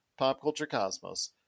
popculturecosmos